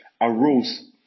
arose